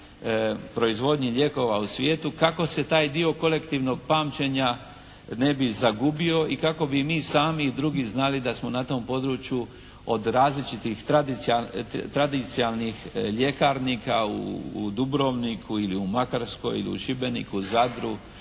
proizvodnji lijekova u svijetu kako se taj dio kolektivnog pamćenja ne bi zagubio i kako bi mi sami drugi znali da smo na tom području od različitih tradicionalnih ljekarnika u Dubrovniku ili u Makarskoj ili u Šibeniku, Zadru,